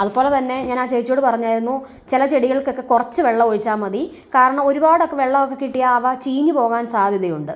അതുപോലെ തന്നെ ഞാൻ ആ ചേച്ചിയോട് പറഞ്ഞായിരുന്നു ചില ചെടികൾക്കക്കെ കുറച്ച് വെള്ളം ഒഴിച്ചാൽ മതി കാരണം ഒരുപാടക്കെ വെള്ളം ഒക്കെ കിട്ടിയാൽ അവ ചീഞ്ഞ് പോകാൻ സാധ്യതയുണ്ട്